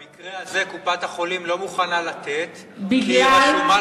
במקרה הזה קופת-החולים לא מוכנה לתת כי היא רשומה